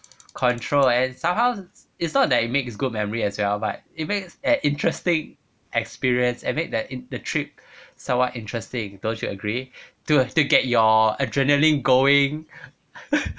control and somehow it's not that it makes good memory as well but it makes an interesting experience and make that the trip so must interesting don't you agree to to get your adrenaline going